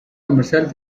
comercial